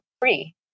free